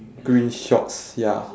green shorts ya